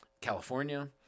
California